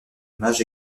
image